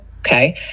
Okay